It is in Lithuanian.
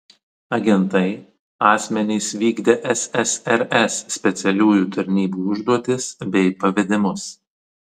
agentai asmenys vykdę ssrs specialiųjų tarnybų užduotis bei pavedimus